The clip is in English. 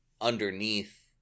underneath